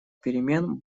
перемен